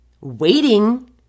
waiting